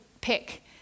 pick